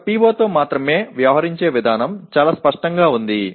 ఒక PO తో మాత్రమే వ్యవహరించే విధానం చాలా స్పష్టంగా ఉంది